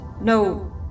No